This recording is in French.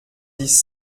dix